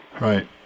Right